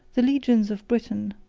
the legions of britain,